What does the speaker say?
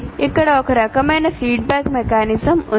ఇక్కడ ఒక రకమైనfeedback mechanism ఉంది